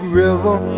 river